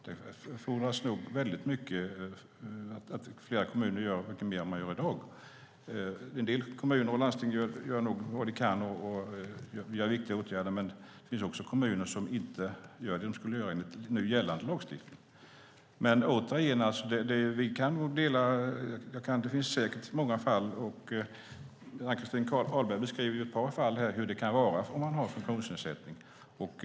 Det fordras att fler kommuner gör mer än i dag. En del kommuner och landsting gör nog vad de kan och vidtar viktiga åtgärder, men det finns också kommuner som inte gör vad de ska enligt nu gällande lagstiftning. Ann-Christin Ahlberg har beskrivit hur det kan vara med funktionsnedsättning.